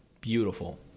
Beautiful